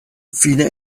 fine